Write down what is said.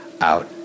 out